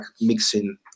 mixing